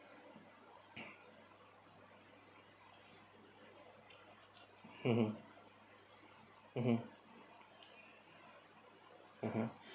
mmhmm mmhmm ah